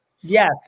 yes